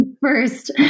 first